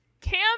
Cam